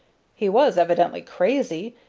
he was evidently crazy,